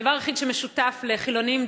הדבר היחיד שמשותף לחילונים,